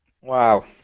Wow